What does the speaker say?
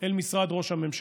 אל משרד ראש הממשלה.